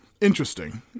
Interesting